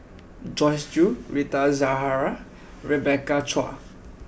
Joyce Jue Rita Zahara and Rebecca Chua